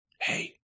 hey